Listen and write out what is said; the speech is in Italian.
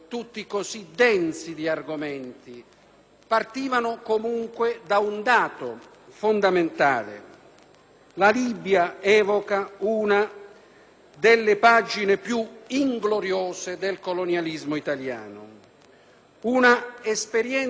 la Libia evoca una delle pagine più ingloriose del colonialismo italiano, un'esperienza coloniale che si è accompagnata anche a crimini contro la popolazione civile,